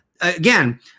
again